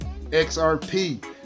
XRP